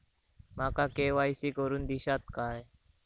माका के.वाय.सी करून दिश्यात काय?